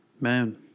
man